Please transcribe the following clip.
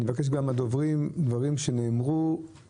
אני מבקש אם אפשר לא לחזור על דברים שכבר נאמרו אלא